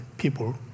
people